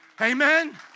amen